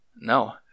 No